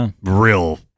real